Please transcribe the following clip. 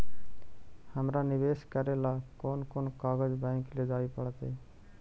हमरा निवेश करे ल कोन कोन कागज बैक लेजाइ पड़तै?